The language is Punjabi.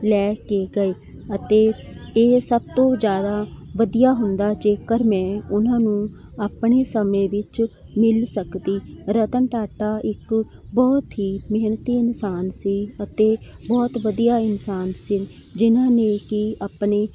ਲੈ ਕੇ ਗਏ ਅਤੇ ਇਹ ਸਭ ਤੋਂ ਜ਼ਿਆਦਾ ਵਧੀਆ ਹੁੰਦਾ ਜੇਕਰ ਮੈਂ ਉਹਨਾਂ ਨੂੰ ਆਪਣੇ ਸਮੇਂ ਵਿੱਚ ਮਿਲ ਸਕਦੀ ਰਤਨ ਟਾਟਾ ਇੱਕ ਬਹੁਤ ਹੀ ਮਿਹਨਤੀ ਇਨਸਾਨ ਸੀ ਅਤੇ ਬਹੁਤ ਵਧੀਆ ਇਨਸਾਨ ਸੀ ਜਿਨ੍ਹਾਂ ਨੇ ਕੀ ਆਪਣੇ